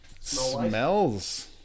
Smells